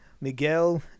Miguel